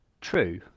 true